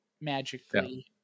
magically